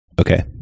Okay